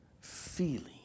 feeling